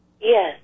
Yes